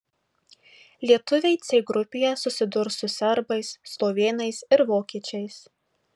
lietuviai c grupėje susidurs su serbais slovėnais ir vokiečiais